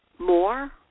more